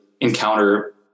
encounter